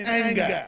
anger